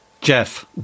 Jeff